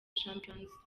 champions